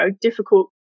difficult